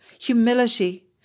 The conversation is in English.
humility